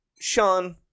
Sean